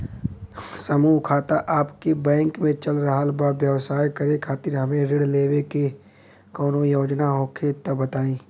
समूह खाता आपके बैंक मे चल रहल बा ब्यवसाय करे खातिर हमे ऋण लेवे के कौनो योजना होखे त बताई?